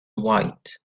white